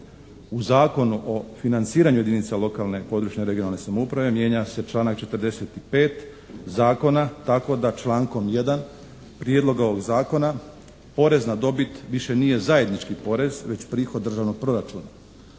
U Zakonu o financiranju jedinica lokalne i područne /regionalne/ samouprave mijenja se članak 45. Zakona tako da člankom 1. Prijedloga ovog Zakona porez na dobit više nije zajednički porez već prihod državnog proračuna.